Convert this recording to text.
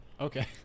Okay